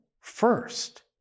first